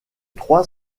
trois